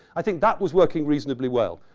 i think that was working reasonably well.